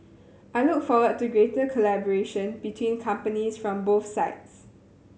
I look forward to greater collaboration between companies from both sides